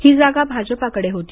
ही जागा भाजपाकडे होती